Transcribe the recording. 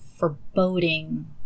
Foreboding